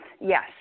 yes